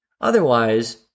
Otherwise